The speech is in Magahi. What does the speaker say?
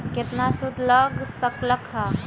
केतना सूद लग लक ह?